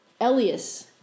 Elias